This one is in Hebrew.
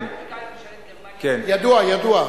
פורטוגל, אבל גם ממשלת גרמניה, ידוע, ידוע.